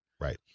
Right